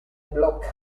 blocks